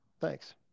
thanks